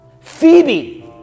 Phoebe